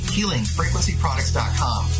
HealingFrequencyProducts.com